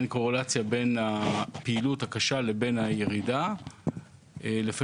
אין קורלציה בין הפעילות הקשה לבין הירידה במספרים,